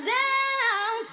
down